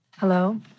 Hello